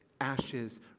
Ashes